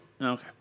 Okay